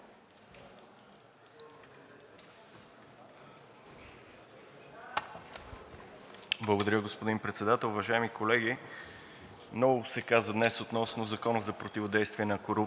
Благодаря, господин Председател. Уважаеми колеги, много се каза днес относно Закона за противодействие на корупцията.